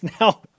now